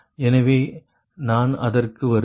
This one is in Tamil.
எனவே நான் அதற்கு வருவேன்